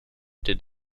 did